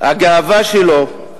הגאווה שלו,